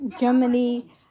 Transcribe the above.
Germany